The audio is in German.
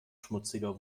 schmutziger